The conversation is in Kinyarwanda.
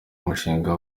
umushinga